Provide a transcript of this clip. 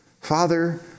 Father